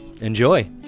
Enjoy